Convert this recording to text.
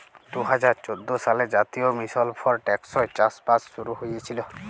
দু হাজার চোদ্দ সালে জাতীয় মিশল ফর টেকসই চাষবাস শুরু হঁইয়েছিল